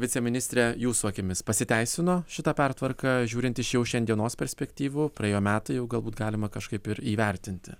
viceministre jūsų akimis pasiteisino šita pertvarka žiūrint iš jau šiandienos perspektyvų praėjo metai jau galbūt galima kažkaip ir įvertinti